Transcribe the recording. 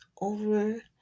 over